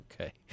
Okay